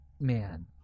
man